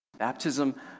Baptism